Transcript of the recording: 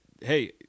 hey